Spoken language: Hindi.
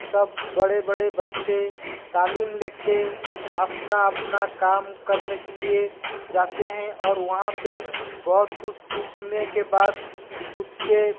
सब बड़े बड़े बच्चे तालीम ले के अपना अपना काम करने के लिए जाते हैं और वहाँ पे बहुत कुछ सीखने के बाद खुद के